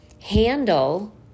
handle